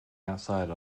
outside